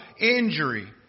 injury